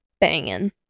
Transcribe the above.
banging